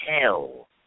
hell